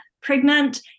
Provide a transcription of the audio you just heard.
pregnant